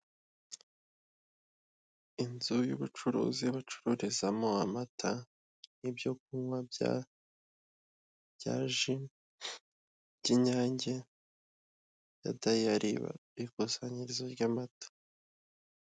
Inzu y'ubucuruzi bacururizamo amata n'ibyo kunywa bya ji z'inyange ya dayari ikusanyirizo ry'amata.